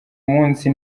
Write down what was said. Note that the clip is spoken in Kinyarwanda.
munsi